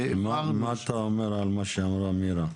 מה אתה אומר על מה שאמרה מירה?